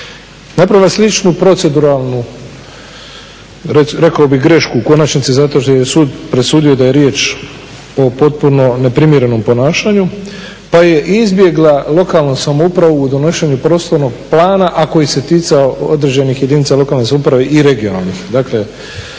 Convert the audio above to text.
napravila sličnu proceduralnu rekao bih grešku u konačnici zato što je sud presudio da je riječ o potpuno neprimjerenom ponašanju pa je izbjegla lokalnu samoupravu u donošenju prostornog plana, a koji se ticao određenih jedinice lokalne samouprave i regionalnih